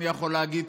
אני יכול להגיד,